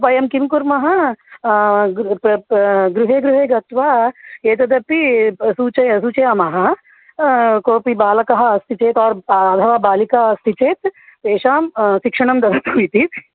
वयं किं कुर्मः प् प् गृहे गृहे गत्वा एतदपि सूचय सूचयामः कोपि बालकः अस्ति चेत् और् अथवा बालिका अस्ति चेत् तेषां शिक्षणं ददातु इति